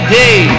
day